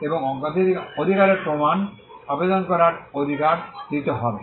এবং অধিকারের প্রমাণ আবেদন করার অধিকার দিতে হবে